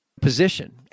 position